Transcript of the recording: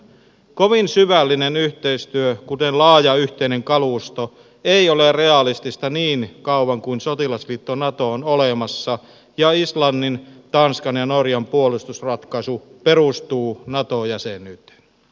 kovin syvällinen yhteistyö kuten laaja yhteinen kalusto ei ole realistista niin kauan kuin sotilasliitto nato on olemassa ja islannin tanskan ja norjan puolustusratkaisu perustuu nato jäsenyyteen